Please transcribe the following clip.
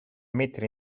mettere